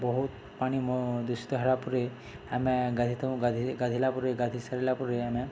ବହୁତ ପାଣି ମ ଦୂଷିତ ହେଲା ପରେ ଆମେ ଗାଧେଇଥାଉ ଗାଧେଇଲା ପରେ ଗାଧେଇ ସାରିଲା ପରେ ଆମେ